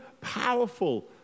powerful